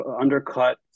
undercut